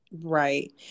right